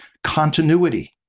continuity,